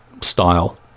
style